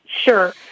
Sure